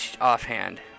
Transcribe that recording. offhand